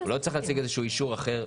הוא לא צריך להציג איזשהו אישור אחר.